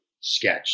sketch